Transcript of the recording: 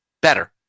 better